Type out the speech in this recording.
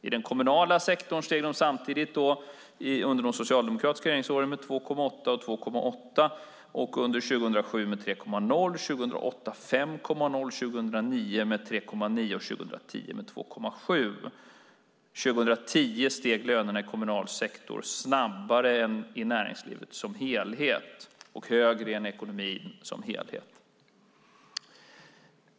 I den kommunala sektorn steg de under de socialdemokratiska regeringsåren med 2,8 respektive 2,8 procent, under 2007 med 3,0 procent, under 2008 med 5,0 procent, under 2009 med 3,9 procent och under 2010 med 2,7 procent. Under 2010 steg lönerna i kommunal sektor snabbare än i näringslivet som helhet och högre än i ekonomin som helhet.